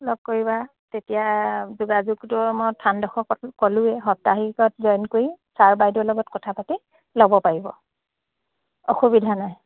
লগ কৰিবা তেতিয়া যোগাযোগটো মই স্থানডোখৰ ক ক'লোৱে সাপ্তাহিকত জইন কৰি ছাৰ বাইদেউৰ লগত কথা পাতি ল'ব পাৰিব অসুবিধা নাই